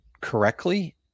correctly